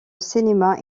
cinéma